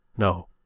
No